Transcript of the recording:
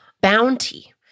Bounty